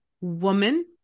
woman